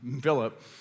Philip